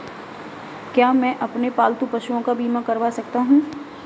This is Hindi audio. क्या मैं अपने पालतू पशुओं का बीमा करवा सकता हूं?